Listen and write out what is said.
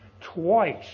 twice